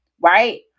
right